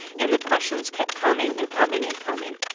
and the questions kept coming and coming and coming.